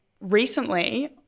recently